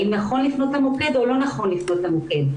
האם נכון לפנות למוקד או לא נכון לפנות למוקד,